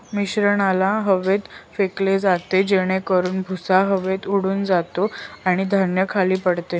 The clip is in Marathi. मिश्रणाला हवेत फेकले जाते जेणेकरून भुसा हवेत उडून जातो आणि धान्य खाली पडते